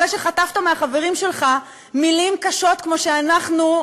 אחרי שחטפת מהחברים שלך מילים קשות כמו שאנחנו,